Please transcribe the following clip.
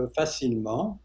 facilement